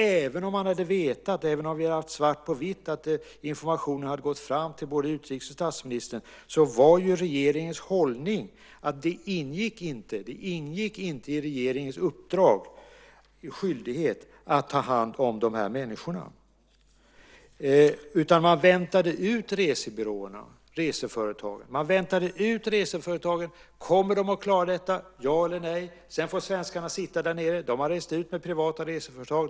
Även om vi hade vetat, även om vi hade haft svart på vitt att informationen hade gått fram till både utrikes och statsministern, var ju regeringens hållning att det inte ingick i regeringens uppdrag och skyldighet att ta hand om de här människorna. Man väntade ut resebyråerna och reseföretagen. Man väntade ut reseföretagen: Kommer de att klara detta, ja eller nej? Svenskarna får sitta där nere. De har rest ut med privata reseföretag.